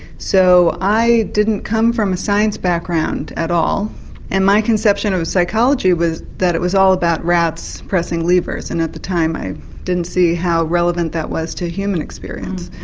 so i didn't come from a science background at all and my conception of psychology was that it was all about rats pressing levers and at the time i didn't see how relevant that was to human experience.